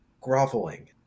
Groveling